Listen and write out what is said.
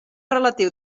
relatiu